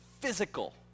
physical